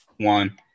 One